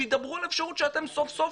שידברו על האפשרות שאתם סוף סוף